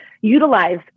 utilize